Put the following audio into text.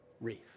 reef